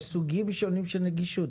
יש סוגים שונים של נגישות.